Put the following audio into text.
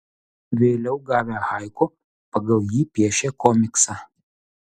vėliau gavę haiku pagal jį piešė komiksą